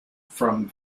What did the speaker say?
from